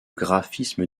graphismes